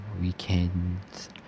weekends